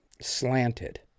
slanted